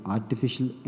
Artificial